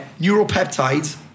neuropeptides